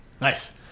Nice